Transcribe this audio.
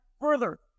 further